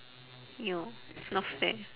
ya not fair